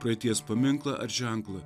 praeities paminklą ar ženklą